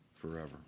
forever